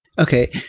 okay.